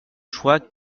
choix